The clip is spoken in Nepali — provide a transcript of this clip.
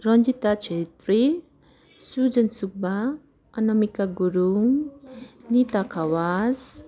रञ्जिता छेत्री सुजन सुब्बा अनामिका गुरुङ निता खवास